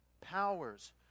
powers